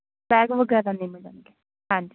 bag ਵਗੈਰਾ ਨਹੀਂ ਮਿਲਣਗੇ ਹਾਂਜੀ